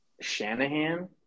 Shanahan